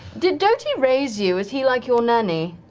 did doty raise you? is he like your nanny?